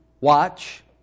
watch